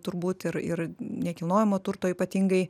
turbūt ir ir nekilnojamo turto ypatingai